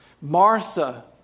Martha